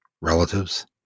relatives